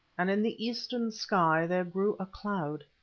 and in the eastern sky there grew a cloud.